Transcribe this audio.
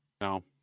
no